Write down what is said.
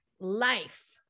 life